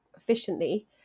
efficiently